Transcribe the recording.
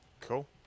Cool